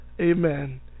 Amen